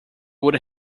would